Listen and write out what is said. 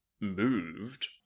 moved